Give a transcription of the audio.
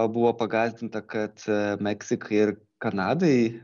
buvo pagąsdinta kad meksikai ir kanadai